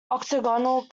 octagonal